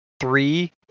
three